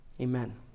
amen